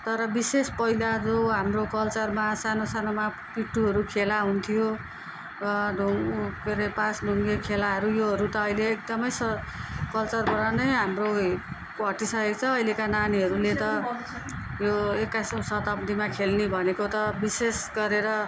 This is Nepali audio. तर विशेष पहिला जो हाम्रो कलचरमा सानो सानोमा पिट्टूहरू खेला हुन्थ्यो ढुङ के अरे पाँच ढुङ्गे खेलाहरू योहरू त अहिले एकदमै स कलचरबाट नै हाम्रो हट्टिसकेको छ अहिलेको नानीहरूले त यो एक्काइसौँ शताब्दीमा खेल्ने भनेको त विशेष गरेर